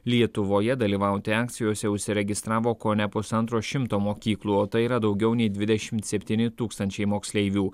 lietuvoje dalyvauti akcijose užsiregistravo kone pusantro šimto mokyklų o tai yra daugiau nei dvidešimt septyni tūkstančiai moksleivių